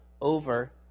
over